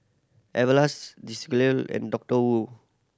Everlast Desigual and Doctor Wu